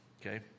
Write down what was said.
Okay